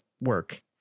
work